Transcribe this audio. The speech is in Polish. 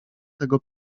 tego